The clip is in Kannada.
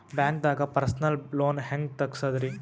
ಬ್ಯಾಂಕ್ದಾಗ ಪರ್ಸನಲ್ ಲೋನ್ ಹೆಂಗ್ ತಗ್ಸದ್ರಿ?